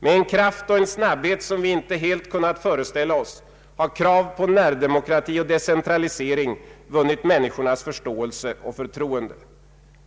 Med en kraft och en snabbhet som vi inte helt kunnat föreställa oss har krav på närdemokrati och decentralisering vunnit människornas förståelse och förtroende.